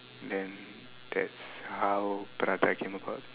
then that's how prata came about